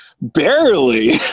Barely